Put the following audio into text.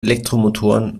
elektromotoren